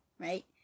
right